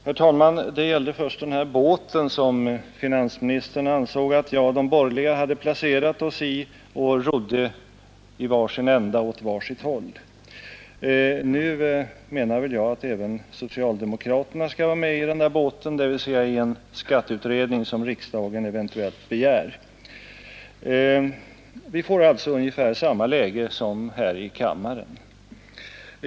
Herr talman! Det gällde först den här båten som finansministern ansåg att jag och de borgerliga hade placerat oss i och rodde i var sin ända och åt var sitt håll. Nu menar jag att även socialdemokraterna skall vara med i den här båten, dvs. i en skatteutredning som riksdagen eventuellt begär. Vi får alltså ungefär samma läge som här i kammaren.